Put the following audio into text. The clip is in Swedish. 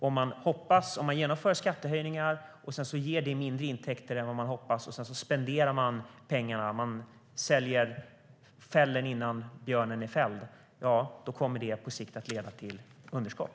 Om man genomför skattehöjningar och det ger mindre intäkter än vad man hoppats och man sedan spenderar pengarna - man säljer fällen innan björnen är fälld - kommer det på sikt att leda till underskott.